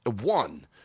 One